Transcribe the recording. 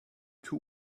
two